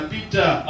Peter